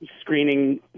screening